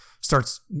starts